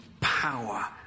power